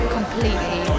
completely